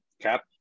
Cap